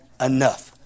Enough